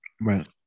right